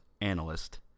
analyst